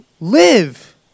live